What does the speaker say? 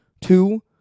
two